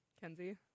Kenzie